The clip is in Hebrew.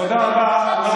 תודה רבה.